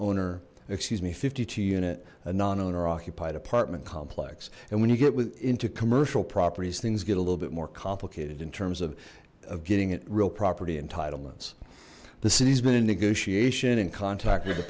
owner excuse me fifty two unit a non owner occupied apartment complex and when you get within to commercial properties things get a little bit more complicated in terms of of getting it real property entitlements the city's been in negotiation and contact